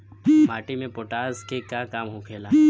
माटी में पोटाश के का काम होखेला?